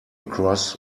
across